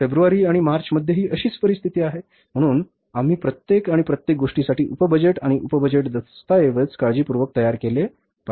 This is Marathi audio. फेब्रुवारी आणि मार्चमध्येही अशीच परिस्थिती आहे म्हणून आम्ही प्रत्येक आणि प्रत्येक गोष्टीसाठी उप बजेट आणि उप बजेट दस्तऐवज काळजीपूर्वक तयार केले पाहिजेत